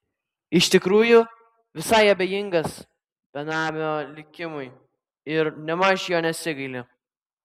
iš tikrųjų visai abejingas benamio likimui ir nėmaž jo nesigaili